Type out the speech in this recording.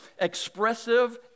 expressive